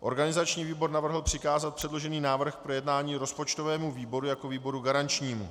Organizační výbor navrhl přikázat předložený návrh k projednání rozpočtovému výboru jako výboru garančnímu.